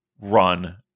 run